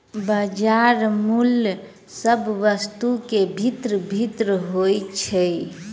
बजार मूल्य सभ वस्तु के भिन्न भिन्न होइत छै